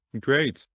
Great